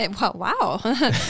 Wow